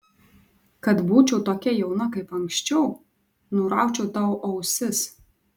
kad būčiau tokia jauna kaip anksčiau nuraučiau tau ausis